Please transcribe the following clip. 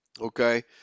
Okay